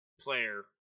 player